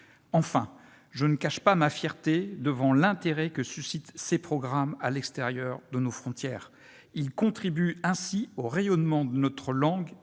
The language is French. Enfin, je ne cache pas ma fierté devant l'intérêt que suscitent ces programmes à l'extérieur de nos frontières : ils contribuent ainsi au rayonnement de notre langue